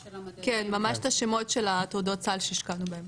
ממש את השמות של התעודות סל שהשקענו בהם.